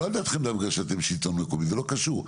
לא על דעתכם בגלל שאתם שלטון מקומי זה לא קשור,